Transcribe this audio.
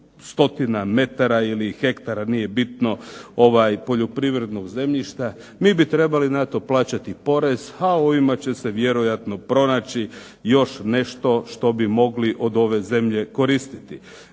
stotina metara ili hektara poljoprivrednog zemljišta. Mi bi na to trebali plaćati porez, a ovima će se vjerojatno pronaći još nešto što bi mogli od ove zemlje koristiti.